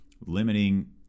limiting